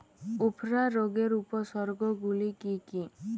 উফরা রোগের উপসর্গগুলি কি কি?